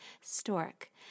Stork